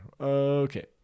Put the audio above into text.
Okay